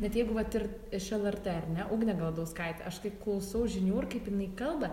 net jeigu vat ir iš lrt ar ne ugnė galadauskaitė aš kai klausau žinių ir kaip jinai kalba